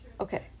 Okay